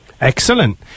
Excellent